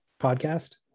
podcast